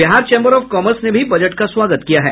Bihar chamber of commerce ने भी budget का स्वागत किया है